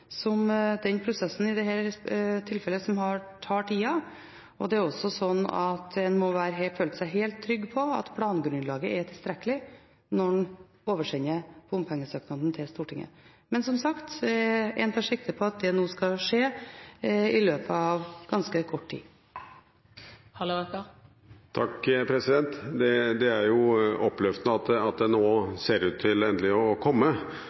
prosessen, som i dette tilfellet har tatt tida. Det er også slik at en må føle seg helt trygg på at plangrunnlaget er tilstrekkelig når en oversender bompengesøknaden til Stortinget. Men, som sagt, en tar sikte på at det nå skal skje i løpet av ganske kort tid. Det er oppløftende at den nå endelig ser ut til å komme.